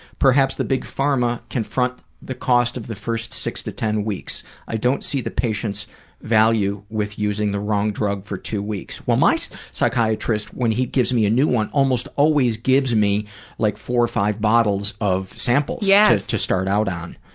perhaps the big pharma the cost of the first six to ten weeks. i don't see the patient's value with using the wrong drug for two weeks. well, my psychiatrist when he gives me a new one almost always gives me like four or five bottles of samples yeah to start out on.